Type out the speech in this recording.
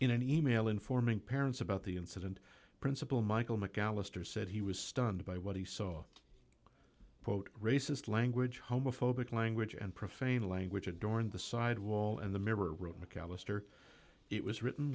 in an email informing parents about the incident principal michael mcallister said he was stunned by what he saw quote racist language homophobic language and profane language adorned the sidewall and the mirror wrote mcalister it was written